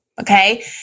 Okay